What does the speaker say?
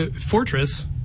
Fortress